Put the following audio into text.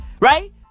right